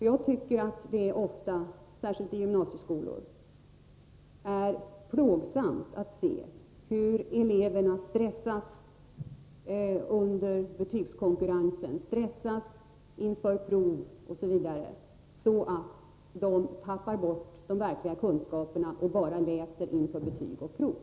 Jag tycker att det ofta, särskilt i gymnasieskolor, är plågsamt att se hur eleverna stressas under betygskonkurrens inför prov osv. så att de tappar bort de verkliga kunskaperna och bara läser inför betyg och prov.